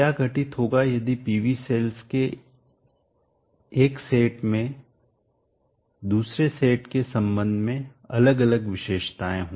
क्या घटित होगा यदि PV सेल्स के एक सेट में दूसरे सेट के संबंध में अलग अलग विशेषताएं हो